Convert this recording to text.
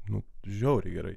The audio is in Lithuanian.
nu žiauriai gerai